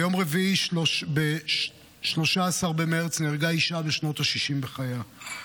ביום רביעי 13 במרץ נהרגה אישה בשנות השישים לחייה,